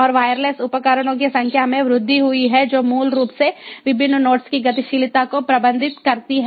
और वायरलेस उपकरणों की संख्या में वृद्धि हुई है जो मूल रूप से विभिन्न नोड्स की गतिशीलता को प्रतिबंधित करती है